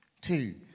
Two